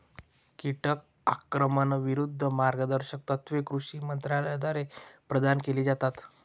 कीटक आक्रमणाविरूद्ध मार्गदर्शक तत्त्वे कृषी मंत्रालयाद्वारे प्रदान केली जातात